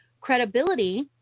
credibility